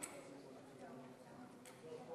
תודה